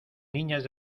niñas